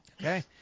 Okay